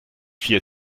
vier